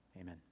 Amen